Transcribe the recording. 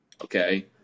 Okay